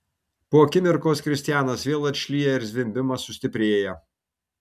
po akimirkos kristianas vėl atšlyja ir zvimbimas sustiprėja